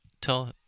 tell